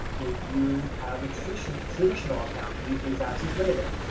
if you have a traditional traditional account, you pay taxes later.